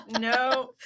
no